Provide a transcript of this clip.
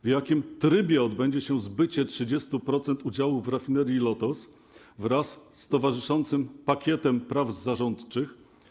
W jakim trybie odbędzie się zbycie 30% udziałów w rafinerii Lotos wraz z towarzyszącym pakietem praw zarządczych?